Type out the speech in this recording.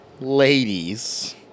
ladies